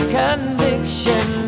conviction